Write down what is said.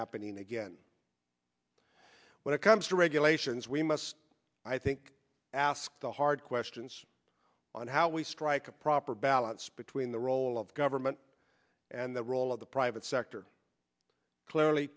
happening again when it comes to regulations we must i think ask the hard questions on how we strike a proper balance between the role of government and the role of the private sector clearly